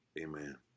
Amen